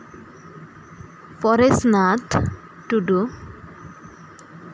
Parasnath Tudu